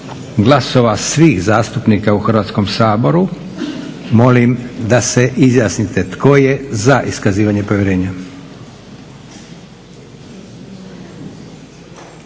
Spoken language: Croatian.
glasova svih zastupnika u Hrvatskom saboru. Molim da se izjasnite tko je za iskazivanje povjerenja?